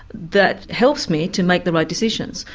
that helps me to make the right decisions,